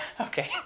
Okay